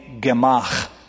Gemach